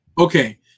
Okay